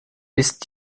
ist